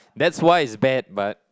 that's why it's bad but